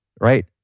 right